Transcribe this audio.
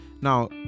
now